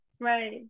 right